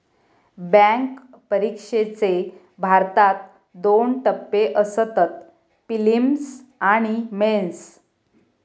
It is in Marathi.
बॅन्क परिक्षेचे भारतात दोन टप्पे असतत, पिलिम्स आणि मेंस